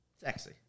Sexy